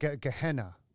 Gehenna